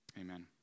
Amen